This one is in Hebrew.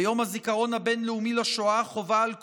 ביום הזיכרון הבין-לאומי לשואה חובה על כולנו,